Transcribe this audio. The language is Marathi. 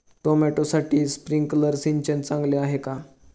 टोमॅटोसाठी स्प्रिंकलर सिंचन चांगले आहे का?